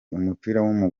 umupira